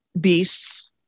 beasts